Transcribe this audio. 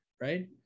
right